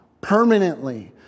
permanently